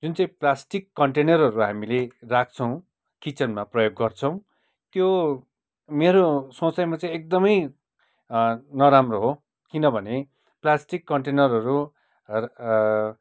जुन चाहिँ प्लास्टिक कन्टेनरहरू हामीले राख्छौँ किचनमा प्रयोग गर्छौँ त्यो मेरो सोचाइमा चाहिँ एकदमै नराम्रो हो किनभने प्लास्टिक कन्टेनरहरू